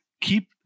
Keep